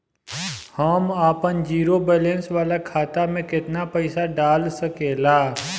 हम आपन zero balance वाला खाता मे केतना पईसा डाल सकेला?